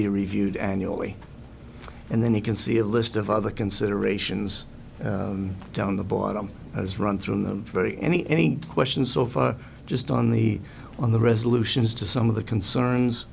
be reviewed annually and then you can see a list of other considerations down the bottom has run through very any any questions of just on the on the resolutions to some of the concerns